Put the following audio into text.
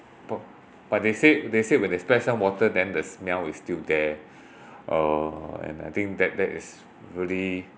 but but they said they said when they splashed some water then the smell is still there uh and I think that that is really